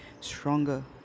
stronger